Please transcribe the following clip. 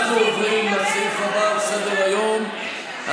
אנחנו נעזור לך למלא את תפקידך הממלכתי,